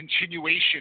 continuation